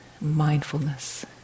mindfulness